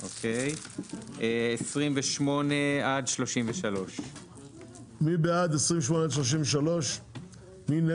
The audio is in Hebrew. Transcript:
28 עד 33. מי בעד?